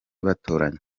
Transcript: batoranywa